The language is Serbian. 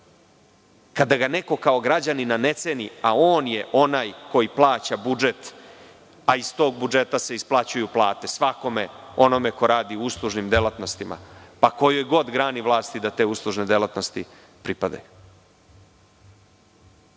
kada ga neko kao građanina ne ceni, a on je onaj koji plaća budžet, a iz tog budžeta se isplaćuju plate, svakome onome ko radi u uslužnim delatnostima, kojoj god grani vlasti da te uslužne delatnosti pripadaju. Malo